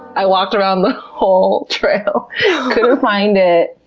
i walked around the whole trail, couldn't find it.